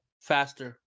faster